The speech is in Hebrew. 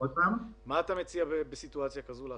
מה אתה מציע לעשות בסיטואציה כזאת?